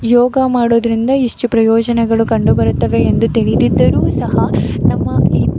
ಯೋಗ ಮಾಡೋದರಿಂದ ಇಷ್ಟು ಪ್ರಯೋಜನಗಳು ಕಂಡುಬರುತ್ತವೆ ಎಂದು ತಿಳಿದಿದ್ದರೂ ಸಹ ನಮ್ಮ ಈ